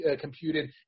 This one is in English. computed